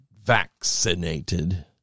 vaccinated